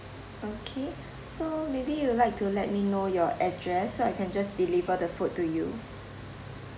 okay so maybe you will like to let me know your address so I can just deliver the food to you